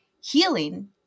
healing